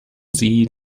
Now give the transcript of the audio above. sie